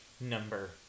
number